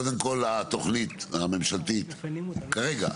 כל התוכנית הממשלתית כרגע,